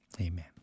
Amen